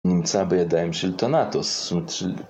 הוא נמצא בידיים של טונטוס